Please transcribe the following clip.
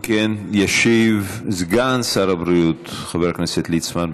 אם כן, ישיב סגן שר הבריאות חבר הכנסת ליצמן.